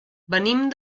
venim